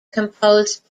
composed